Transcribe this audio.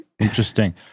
Interesting